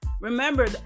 Remember